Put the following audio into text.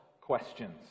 questions